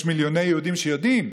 יש מיליוני יהודים שיודעים,